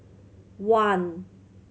one